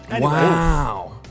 Wow